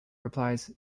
replies